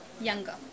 Younger